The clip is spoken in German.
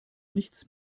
nichts